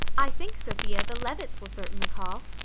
i think, sophia, the levitts will certainly call.